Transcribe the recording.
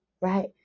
Right